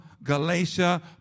Galatia